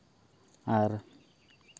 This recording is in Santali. ᱟᱨ